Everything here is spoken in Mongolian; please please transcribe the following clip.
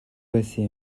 байсан